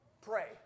Pray